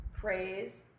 praise